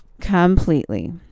completely